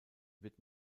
wird